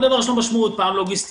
לכל דבר יש משמעות: פעם לוגיסטית,